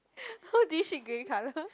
how do you shit grey colour